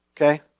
Okay